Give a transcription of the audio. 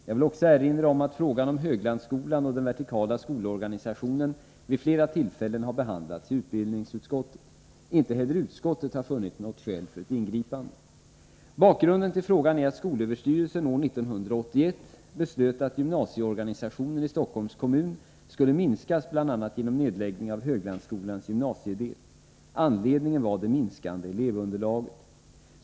Jag vill också erinra om att frågan om Höglandsskolan och den vertikala skolorganisationen vid flera tillfällen har behandlats i utbildningsutskottet. Inte heller utskottet har funnit något skäl för ett ingripande. Bakgrunden till frågan är att skolöverstyrelsen år 1981 beslöt att gymnasieorganisationen i Stockholms kommun skulle minskas bl.a. genom nedläggning av Höglandsskolans gymnasiedel. Anledningen var det minskande elevunderlaget.